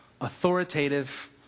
authoritative